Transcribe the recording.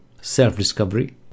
self-discovery